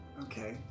Okay